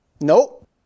Nope